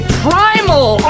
primal